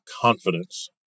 confidence